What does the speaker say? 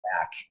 back